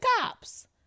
cops